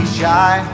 shy